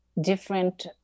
different